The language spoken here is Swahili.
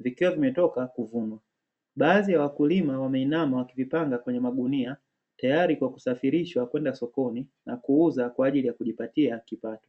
vikiwa vimetoka kuvunwa. Baadhi ya wakulima wameinama wakivipanga kwenye magunia tayari kwa kusafirishwa kwenda sokoni na kuuza kwa ajili ya kujipatia kipato.